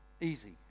easy